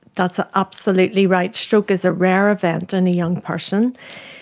that's ah absolutely right, stroke is a rare event in a young person.